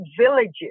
villages